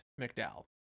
McDowell